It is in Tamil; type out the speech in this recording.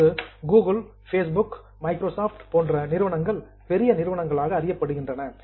இப்போது கூகுள் ஃபேஸ்புக் மைக்ரோசாப்ட் போன்ற நிறுவனங்கள் பெரிய நிறுவனங்களாக அறியப்படுகின்றன